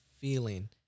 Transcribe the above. feeling